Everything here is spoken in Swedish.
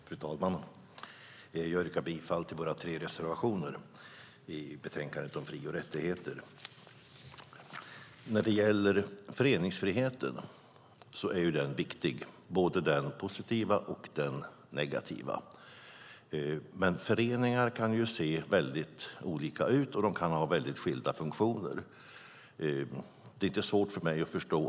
Fru talman! Jag yrkar bifall till våra tre reservationer i betänkandet om fri och rättigheter. Föreningsfriheten är viktig. Det gäller både den positiva och den negativa. Men föreningar kan se väldigt olika ut och ha väldigt skilda funktioner.